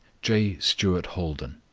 j. stuart holden.